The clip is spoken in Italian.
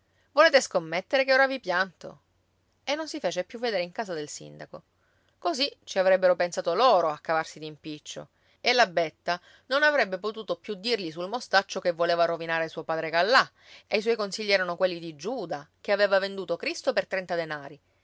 volete scommettere che ora vi pianto e non si fece più vedere in casa del sindaco così ci avrebbero pensato loro a cavarsi d'impiccio e la betta non avrebbe potuto più dirgli sul mostaccio che voleva rovinare suo padre callà e i suoi consigli erano quelli di giuda che aveva venduto cristo per trenta denari